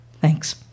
Thanks